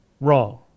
Wrong